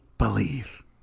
Believe